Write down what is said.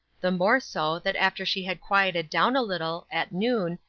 the more so, that after she had quieted down a little, at noon,